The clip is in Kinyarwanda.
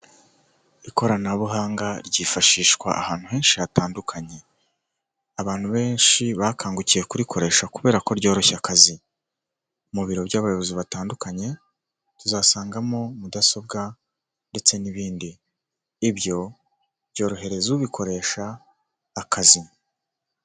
Ikoranabuhanga ryifashishwa ahantu henshi hatandukanye, abantu benshi bakangukiye kurikoresha kubera ko ryoroshya akazi, mu biro by'abayobozi batandukanye, uzasangamo mudasobwa ndetse n'ibindi, ibyo byorohereza ubikoresha akazi.